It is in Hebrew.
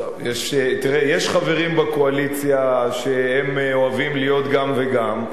יש חברים בקואליציה שהם אוהבים להיות גם וגם.